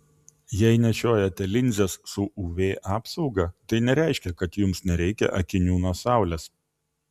jei nešiojate linzes su uv apsauga tai nereiškia kad jums nereikia akinių nuo saulės